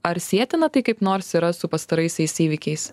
ar sietina tai kaip nors yra su pastaraisiais įvykiais